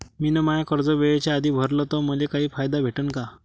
मिन माय कर्ज वेळेच्या आधी भरल तर मले काही फायदा भेटन का?